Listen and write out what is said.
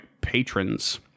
patrons